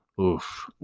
Oof